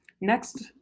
Next